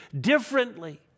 differently